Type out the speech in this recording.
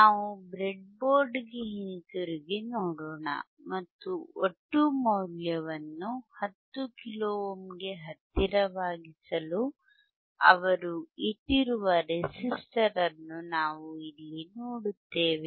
ನಾವು ಬ್ರೆಡ್ಬೋರ್ಡ್ಗೆ ಹಿಂತಿರುಗಿ ನೋಡೋಣ ಮತ್ತು ಒಟ್ಟು ಮೌಲ್ಯವನ್ನು 10 ಕಿಲೋ ಓಮ್ಗೆ ಹತ್ತಿರವಾಗಿಸಲು ಅವರು ಇಟ್ಟಿರುವ ರೆಸಿಸ್ಟರ್ ಅನ್ನು ನಾವು ಇಲ್ಲಿ ನೋಡುತ್ತೇವೆ